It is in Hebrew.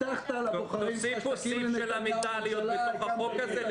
הבטחת לבוחרים שלך שתקים לנתניהו ממשלה הקמת לנתניהו ממשלה.